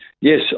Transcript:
yes